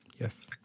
Yes